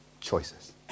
choices